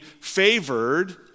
favored